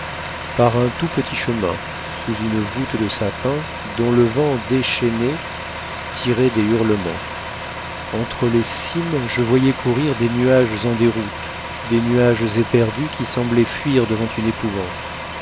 par un tout petit chemin sous une voûte de sapins dont le vent déchaîné tirait des hurlements entre les cimes je voyais courir des nuages en déroute des nuages éperdus qui semblaient fuir devant une épouvante